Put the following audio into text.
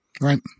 Right